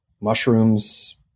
mushrooms